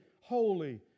holy